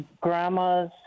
grandma's